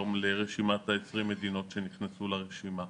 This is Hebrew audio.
יום לרשימת ה-20 מדינות שנכנסו לרשימה.